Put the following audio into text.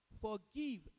Forgive